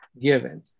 given